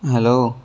hello